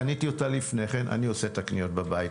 קניתי אותה לפני כן אני עושה את הקניות בבית,